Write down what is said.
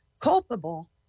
culpable